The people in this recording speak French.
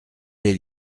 lès